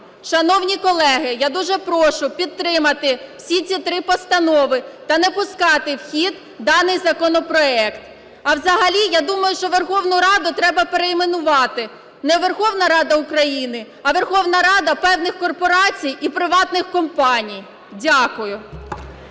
Шановні колеги, я дуже прошу підтримати всі ці три постанови та не пускати в хід даний законопроект. А взагалі я думаю, що Верховну Раду треба перейменувати – не Верховна Рада України, а Верховна Рада певних корпорацій і приватних компаній. Дякую.